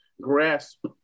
grasp